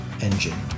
engine